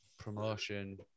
Promotion